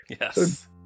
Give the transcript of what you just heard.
Yes